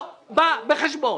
לא בא בחשבון.